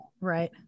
Right